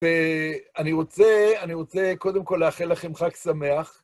ואני רוצה קודם כל לאחל לכם חג שמח.